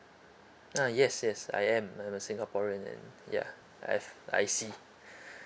uh yes yes I am I'm a singaporean and and ya I have I_C